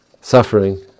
Suffering